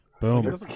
Boom